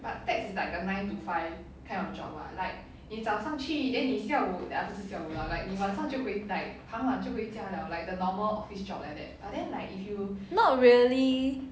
not really